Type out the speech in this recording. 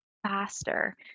Faster